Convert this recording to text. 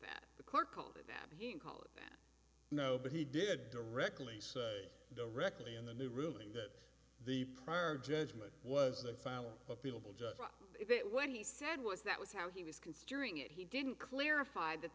that the court called it that he can call it no but he did directly say directly in the new ruling that the prior judgment was the final appeal just it when he said was that was how he was considering it he didn't clarify that